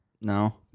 No